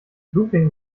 looping